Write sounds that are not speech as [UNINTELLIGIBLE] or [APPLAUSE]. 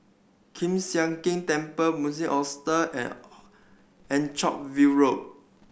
Kiew Sian King Temple [UNINTELLIGIBLE] Hostel and All Anchorvale Road